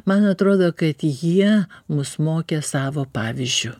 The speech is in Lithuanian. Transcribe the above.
man atrodo kad jie mus mokė savo pavyzdžiu